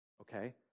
Okay